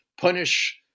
punish